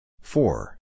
Four